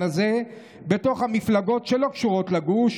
הזה בתוך המפלגות שלא קשורות לגוש,